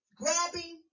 grabbing